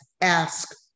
ask